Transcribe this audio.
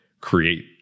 create